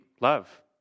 love